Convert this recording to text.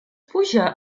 puja